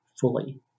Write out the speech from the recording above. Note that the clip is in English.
fully